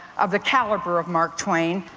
of the caliber of mark twain.